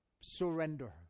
Surrender